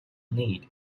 need